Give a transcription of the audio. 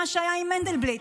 מה שהיה עם מנדלבליט.